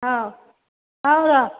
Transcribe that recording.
ହଁ ହଉ ରହ